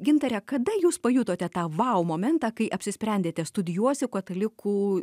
gintare kada jūs pajutote tą vau momentą kai apsisprendėte studijuosiu katalikų